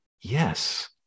yes